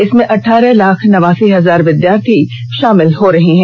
इसमें अठारह लाख नवासी हजार विद्यार्थी शामिल हो रहे हैं